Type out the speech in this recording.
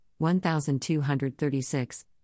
1236